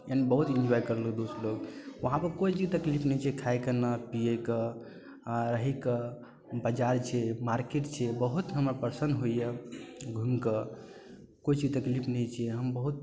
यानि बहुत इंजॉय करलहुँ दोस्त लग वहाँ पर कोइ चीजके तकलीफ नहि छै खायके नहि पिएके आ रहेके बजार छै मार्केट छै बहुत हमर प्रसन्न होइया घूमिके कोइ चीजके तकलीफ नहि छै हम बहुत